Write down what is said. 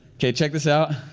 okay, check this out.